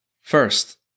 First